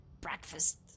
Breakfast